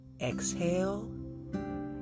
Exhale